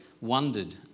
wondered